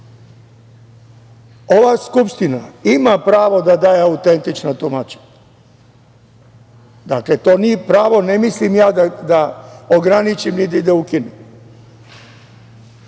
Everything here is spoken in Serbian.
Skupština ima pravo da daje autentična tumačenja. Dakle, to nije pravo, ne mislim ja da ograničim, niti da ukinem.